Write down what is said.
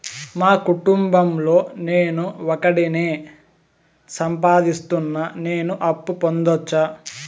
మా కుటుంబం లో నేను ఒకడినే సంపాదిస్తున్నా నేను అప్పు పొందొచ్చా